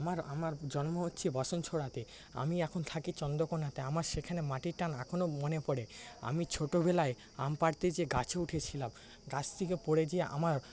আমার জন্ম হচ্ছে বসনছোড়াতে আমি এখন থাকি চন্দ্রকোণাতে আমার সেখানে মাটির টান এখনও মনে পড়ে আমি ছোটবেলায় আম পাড়তে যেয়ে গাছে উঠেছিলাম গাছ থেকে পরে যেয়ে আমার পা টা